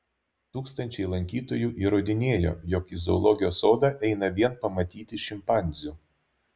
tūkstančiai lankytojų įrodinėjo jog į zoologijos sodą eina vien pamatyti šimpanzių